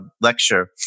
lecture